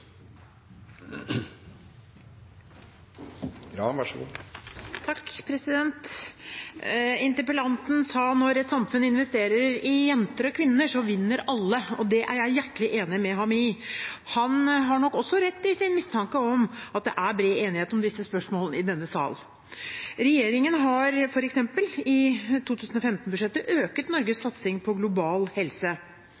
Interpellanten sa at når et samfunn investerer i jenter og kvinner, vinner alle. Det er jeg hjertens enig med ham i. Han har nok også rett i sin mistanke om at det er bred enighet om disse spørsmålene i denne sal. Regjeringen har f.eks. i 2015-budsjettet økt Norges satsing på global helse.